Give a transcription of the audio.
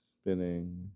Spinning